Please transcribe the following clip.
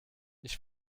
ich